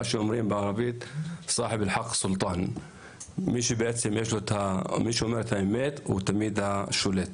בערבית אומרים שמי שאומר את האמת הוא תמיד השולט.